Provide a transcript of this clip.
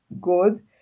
good